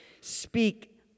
Speak